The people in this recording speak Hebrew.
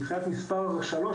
מבחינת מספר שלוש,